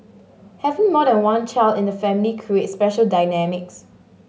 having more than one child in the family creates special dynamics